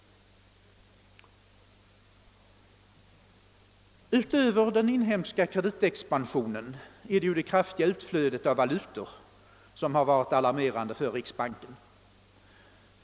Utöver den inhemska kreditexpansionen är det ju det kraftiga utflödet av valutor som varit alarmerande för riksbanken.